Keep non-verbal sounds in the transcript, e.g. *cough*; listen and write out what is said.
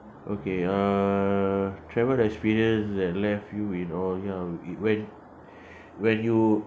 okay uh travel experience that left you in awe ya when *breath* when you